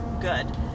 good